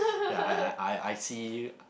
ya I I I I see